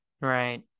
Right